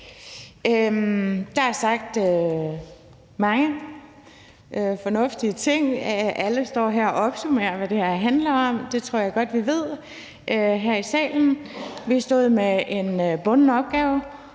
Der er sagt mange fornuftige ting. Alle står her og opsummerer, hvad det her handler om. Det tror jeg godt vi ved her i salen. Vi stod med en bunden opgave